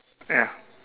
ya